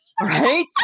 Right